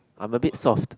I'm a bit soft